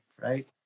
right